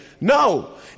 No